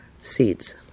seeds